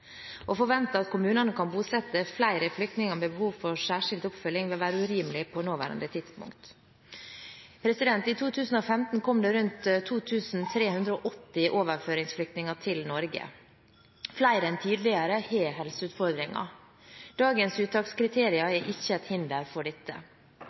Å forvente at kommunene kan bosette flere flyktninger med behov for særskilt oppfølging vil være urimelig på nåværende tidspunkt. I 2015 kom det rundt 2 380 overføringsflyktninger til Norge. Flere enn tidligere har helseutfordringer. Dagens uttakskriterier